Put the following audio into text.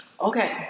okay